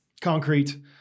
concrete